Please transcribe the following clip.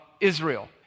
Israel